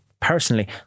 Personally